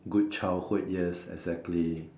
good childhood yes exactly